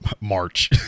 March